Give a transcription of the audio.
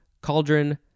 cauldron